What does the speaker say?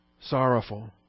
Sorrowful